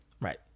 Right